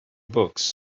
books